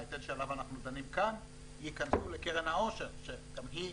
ההיטל שעליו אנחנו דנים כאן ייכנסו לקרן העושר שגם היא,